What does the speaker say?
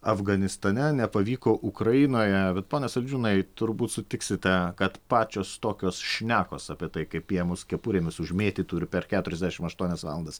afganistane nepavyko ukrainoje bet pone saldžiūnai turbūt sutiksite kad pačios tokios šnekos apie tai kaip jie mus kepurėmis užmėtytų ir per keturiasdešim aštuonias valandas